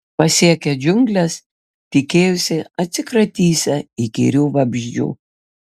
pasiekę džiungles tikėjosi atsikratysią įkyrių vabzdžių